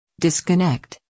Disconnect